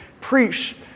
preached